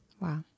Wow